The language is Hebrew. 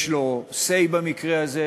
יש לו say במקרה הזה,